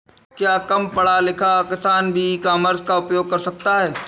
क्या कम पढ़ा लिखा किसान भी ई कॉमर्स का उपयोग कर सकता है?